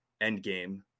Endgame